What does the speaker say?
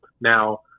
Now